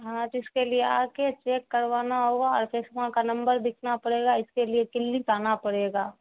ہاں تو اس کے لیے آکے چیک کروانا ہوگا آ چشمہ کا نمبر دکھنا پڑے گا اس کے لیے کلینک آنا پڑے گا